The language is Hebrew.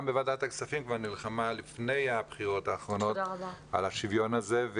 בוועדת הכספים כבר נלחמה לפני הבחירות האחרונות על השוויון הזה,